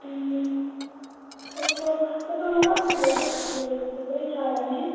त्यस्तो तपाईँकोमा कति होला यस्तो फुल थुप्रै छ होला नि